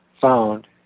found